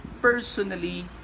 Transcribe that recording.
personally